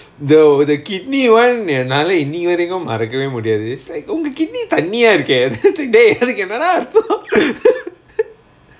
no the kidney [one] என்னால இன்னிக்கி வரைக்கும் மறக்கவே முடியாது:ennaala innikku varaikum marakavae mudiyaathu it's like ஒங்க:onga kidney தண்ணியா இருக்கே:thanniya irukae dey அதுக்கு என்னடா அர்தோ:athukku ennadaa artho